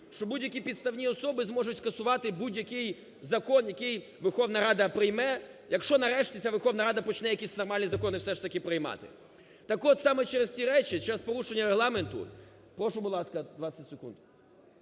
що будь-які підставні особи зможуть скасувати будь-який закон, який Верховна Рада прийме, якщо нарешті ця Верховна Рада почне якісь нормальні закони все ж таки приймати. Так от, саме через ці речі, через порушення Регламенту…